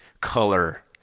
color